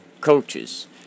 coaches